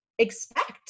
Expect